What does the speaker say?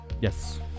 Yes